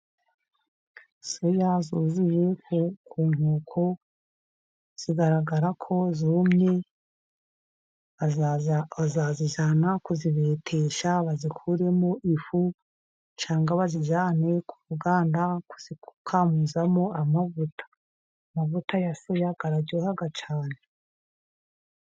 Soya zuzuye ku nkoko, zigaragara ko zumye . Azazijyana kuzibetesha bazikuremo ifu , cyangwa bazijyane ku ruganda kuzikamuzamo amavuta . Amavuta ya soya, araryoha cyane.